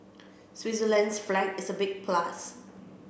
Switzerland's flag is a big plus